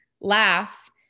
laugh